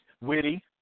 Witty